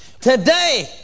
Today